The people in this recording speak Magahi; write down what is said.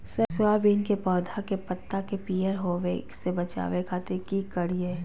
सोयाबीन के पौधा के पत्ता के पियर होबे से बचावे खातिर की करिअई?